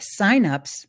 signups